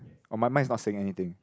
oh my mind is not saying anything